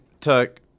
took